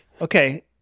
okay